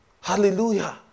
Hallelujah